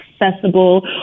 accessible